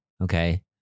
okay